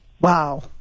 Wow